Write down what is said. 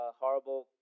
horrible